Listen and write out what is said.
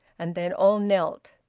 and then all knelt,